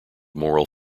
moral